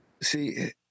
see